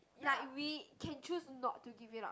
ya we can choose not to give it up